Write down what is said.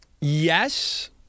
Yes